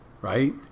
right